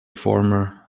former